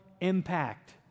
impact